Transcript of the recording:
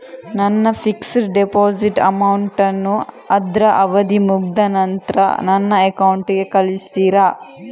ನನ್ನ fixed deposit amount ಅನ್ನು ಅದ್ರ ಅವಧಿ ಮುಗ್ದ ನಂತ್ರ ನನ್ನ ಅಕೌಂಟ್ ಗೆ ಕಳಿಸ್ತೀರಾ?